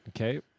Okay